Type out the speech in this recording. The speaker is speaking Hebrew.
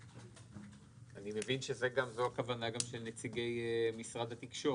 אני מבין שזו הכוונה של נציגי משרד התקשורת.